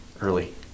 early